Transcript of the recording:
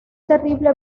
terrible